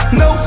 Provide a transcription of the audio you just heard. no